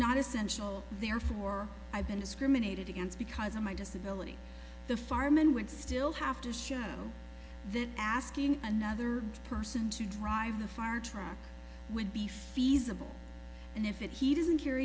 not essential therefore i've been discriminated against because of my disability the farm and would still have to show that asking another person to drive the fire truck would be feasible and if it he doesn't car